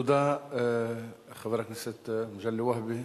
תודה לחבר הכנסת מגלי והבה.